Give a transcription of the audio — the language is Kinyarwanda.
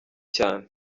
cyane